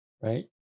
Right